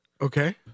Okay